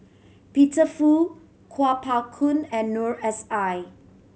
Peter Fu Kuo Pao Kun and Noor S I